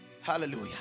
hallelujah